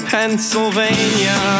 Pennsylvania